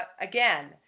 again